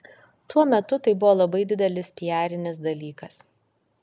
tuo metu tai buvo labai didelis piarinis dalykas